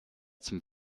zum